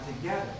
together